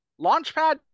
Launchpad